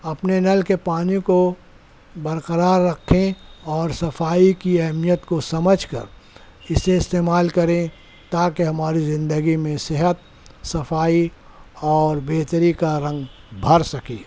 اپنے نل کے پانی کو برقرار رکھیں اور صفائی كی اہمیت كو سمجھ كر اِسے استعمال كریں تاكہ ہماری زندگی میں صحت صفائی اور بہتری کا رنگ بھر سکے